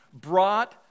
brought